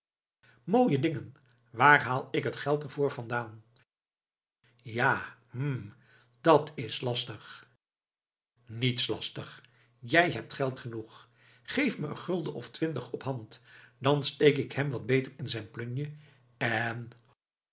mooie dingen waar haal ik t geld er voor vandaan ja hm dat's lastig niets lastig jij hebt geld genoeg geef me een gulden of twintig op hand dan steek ik hem wat beter in zijn plunje en